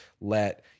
let